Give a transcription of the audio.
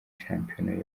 shampiyona